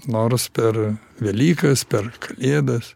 nors per velykas per kalėdas